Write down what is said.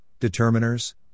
determiners